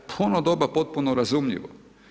Pa u ono doba, potpuno razumljivo.